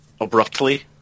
abruptly